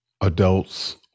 adults